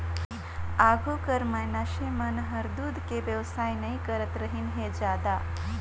आघु कर मइनसे मन हर दूद के बेवसाय नई करतरहिन हें जादा